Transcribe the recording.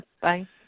bye